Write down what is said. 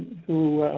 who